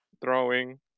throwing